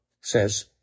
says